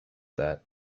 that